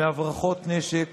מהברחות נשק,